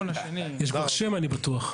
יש כבר שם, אני בטוח.